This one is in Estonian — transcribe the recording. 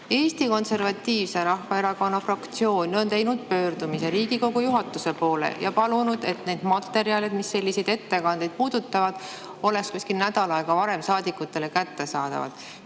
Eesti Konservatiivse Rahvaerakonna fraktsioon on teinud pöördumise Riigikogu juhatuse poole ja palunud, et need materjalid, mis selliseid ettekandeid puudutavad, oleks kuskil nädal aega varem saadikutele kättesaadavad.